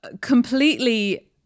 completely